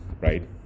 right